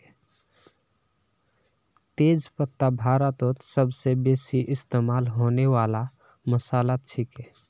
तेज पत्ता भारतत सबस बेसी इस्तमा होने वाला मसालात छिके